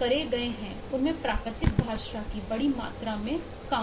करें गए हैं उनमें प्राकृतिक भाषा की बड़ी मात्रा में काम हुआ है और हमारे पास यही है